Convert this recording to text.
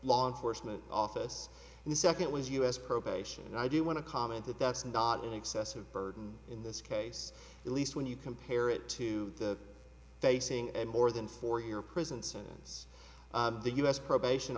law enforcement office and the second was u s probation and i do want to comment that that's not an excessive burden in this case at least when you compare it to the facing a more than four year prison sentence the u s probation